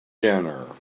dinner